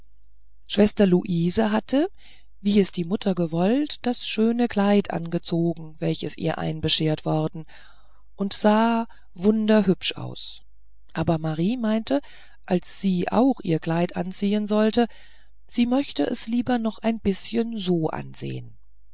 schwester luise hatte wie es die mutter gewollt das schöne kleid angezogen welches ihr einbeschert worden und sah wunderhübsch aus aber marie meinte als sie auch ihr kleid anziehen sollte sie möchte es lieber noch ein bißchen so ansehen